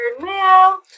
mail